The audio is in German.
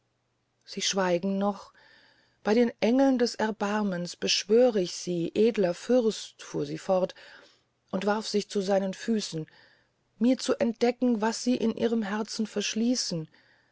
sie schweigen noch bey den engeln des erbarmens beschwör ich sie edler fürst fuhr sie fort und warf sich zu seinen füßen mir das zu entdecken was sie in ihrem herzen verschließen